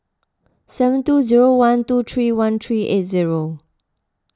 seven two zero one two three one three eight zero